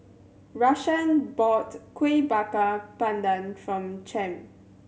Rashaan bought Kuih Bakar Pandan from Champ